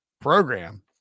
program